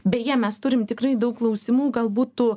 beje mes turim tikrai daug klausimų galbūt tų